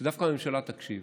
שדווקא הממשלה תקשיב: